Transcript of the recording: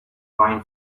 wine